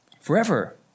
forever